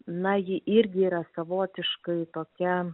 na ji irgi yra savotiškai tokia